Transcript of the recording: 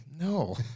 No